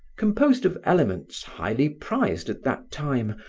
composed of elements highly prized at that time,